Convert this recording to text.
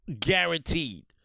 Guaranteed